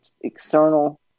external